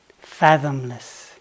fathomless